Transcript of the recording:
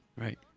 right